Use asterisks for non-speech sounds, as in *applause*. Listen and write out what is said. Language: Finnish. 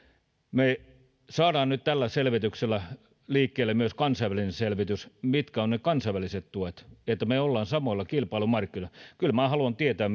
me saamme nyt tällä selvityksellä liikkeelle myös kansainvälisen selvityksen mitkä ovat ne kansainväliset tuet että me olemme samoilla kilpailumarkkinoilla kyllä minä haluan tietää *unintelligible*